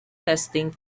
testing